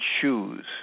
choose